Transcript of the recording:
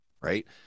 right